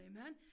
amen